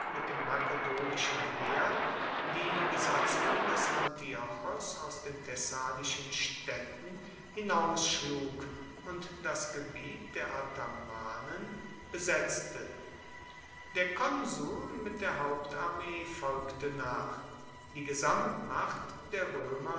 mit dem makedonischen heer die besatzungen des antiochos aus den thessalischen staedten hinausschlug und das gebiet der athamanen besetzte der konsul mit der hauptarmee folgte nach die gesamtmacht der roemer